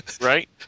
Right